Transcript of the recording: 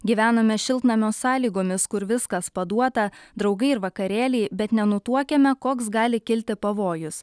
gyvenome šiltnamio sąlygomis kur viskas paduota draugai ir vakarėliai bet nenutuokiame koks gali kilti pavojus